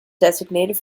designated